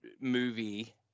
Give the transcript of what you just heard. movie